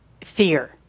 Fear